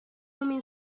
امین